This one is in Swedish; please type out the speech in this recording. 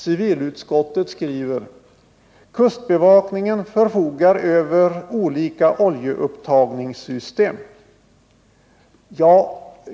Civilutskottet skriver att ”kustbevakningen förfogar över olika oljeupptagningssystem”.